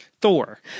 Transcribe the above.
Thor